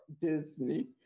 Disney